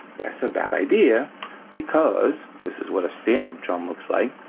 that's a bad idea because this is what a standard drum looks like.